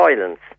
violence